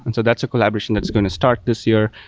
and so that's a collaboration that's going to start this year.